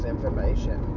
information